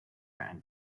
and